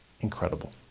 incredible